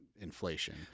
inflation